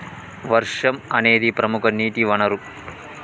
వర్షం అనేదిప్రముఖ నీటి వనరు